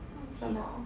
忘记了